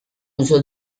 uso